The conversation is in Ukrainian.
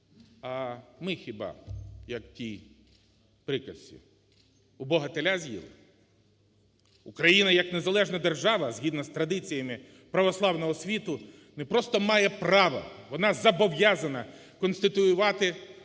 А ми хіба, як в тій приказці: "у Бога теля з'їли"? Україна як незалежна держава, згідно з традиціями православного світу, не просто має право, вона зобов'язана конституювати